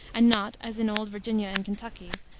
and not, as in old virginia and kentucky,